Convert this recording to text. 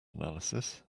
analysis